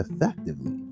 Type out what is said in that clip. effectively